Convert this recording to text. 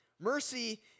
mercy